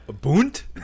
Bunt